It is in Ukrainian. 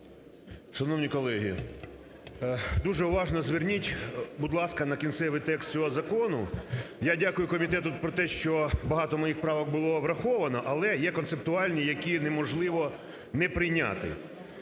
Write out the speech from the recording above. Шановні колеги, дуже уважно зверніть, будь ласка, на кінцевий текст цього закону. Я дякую комітету про те, що багато моїх правок було враховано, але є концептуальні, які неможливо не прийняти.